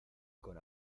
con